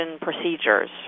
procedures